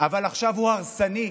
אבל עכשיו הוא הרסני,